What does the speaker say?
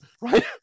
right